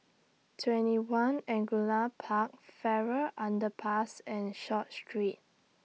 TwentyOne Angullia Park Farrer Underpass and Short Street